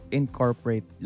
incorporate